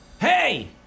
Hey